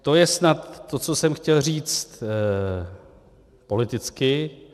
To je snad to, co jsem chtěl říct politicky.